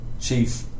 chief